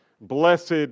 blessed